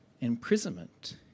imprisonment